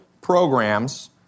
programs